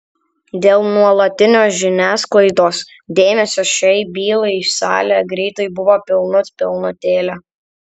dėl nuolatinio žiniasklaidos dėmesio šiai bylai salė greitai buvo pilnut pilnutėlė